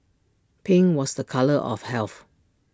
pink was A colour of health